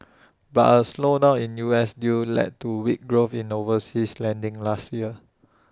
but A slowdown in U S deals led to weak growth in overseas lending last year